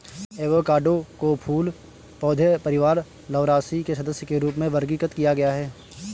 avocado को फूल पौधे परिवार लौरासी के सदस्य के रूप में वर्गीकृत किया गया है